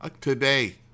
today